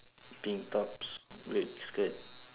pink tops red skirt